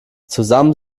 zusammen